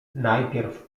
najpierw